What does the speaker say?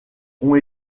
ont